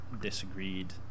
disagreed